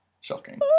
Shocking